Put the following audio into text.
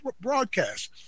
broadcast